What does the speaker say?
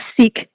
seek